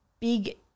big